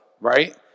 right